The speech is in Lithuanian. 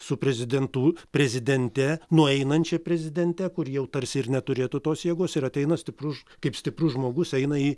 su prezidentu prezidente nueinančia prezidente kuri jau tarsi ir neturėtų tos jėgos ir ateina stiprus kaip stiprus žmogus eina į